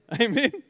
amen